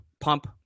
pump